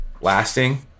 lasting